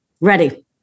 ready